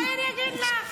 בואי אני אגיד לך.